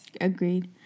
Agreed